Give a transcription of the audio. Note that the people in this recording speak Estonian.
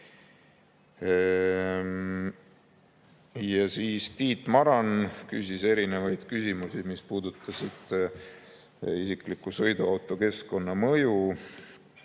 on elu. Tiit Maran küsis erinevaid küsimusi, mis puudutasid isikliku sõiduauto keskkonnamõju